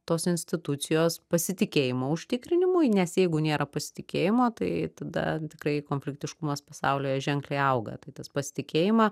tos institucijos pasitikėjimo užtikrinimui nes jeigu nėra pasitikėjimo tai tada tikrai konfliktiškumas pasaulyje ženkliai auga tai tas pasitikėjimą